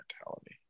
mentality